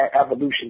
evolution